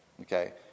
okay